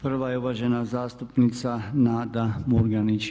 Prva je uvažena zastupnica Nada Murganić.